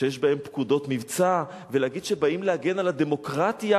שיש בהם פקודות מבצע ולהגיד שבאים להגן על הדמוקרטיה,